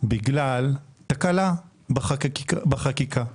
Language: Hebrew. בגלל תקלה בחקיקה.